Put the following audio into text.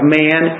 man